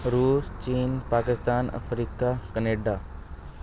Russia China Pakistan Africa Canada